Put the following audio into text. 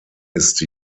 ist